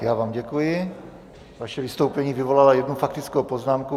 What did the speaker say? Já vám děkuji, vaše vystoupení vyvolalo jednu faktickou poznámku.